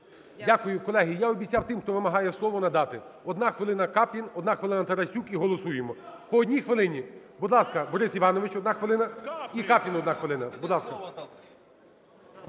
Дякую. Колеги, я обіцяв тим, хто вимагає, слово надати. 1 хвилина – Каплін, 1 хвилина Тарасюк, і голосуємо. По 1 хвилині. Будь ласка, Борис Іванович - 1 хвилина, і Каплін – 1 хвилина.